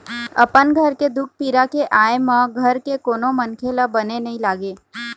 अपन घर के दुख पीरा के आय म घर के कोनो मनखे ल बने नइ लागे